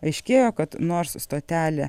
aiškėjo kad nors stotelę